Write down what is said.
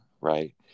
right